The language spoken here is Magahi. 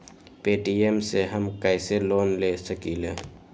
पे.टी.एम से हम कईसे लोन ले सकीले?